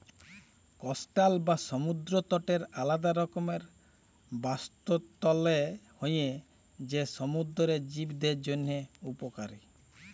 coastal বা সমুদ্দর তটের আলেদা রকমের বাস্তুতলত্র হ্যয় যেট সমুদ্দুরের জীবদের জ্যনহে উপকারী